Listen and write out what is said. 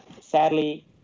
sadly